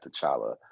T'Challa